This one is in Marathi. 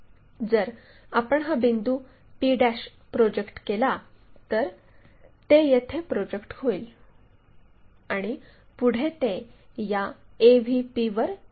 जर आपण हा बिंदू p प्रोजेक्ट केला तर ते येथे प्रोजेक्ट होईल आणि पुढे ते या AVP वर येईल